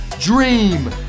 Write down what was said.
dream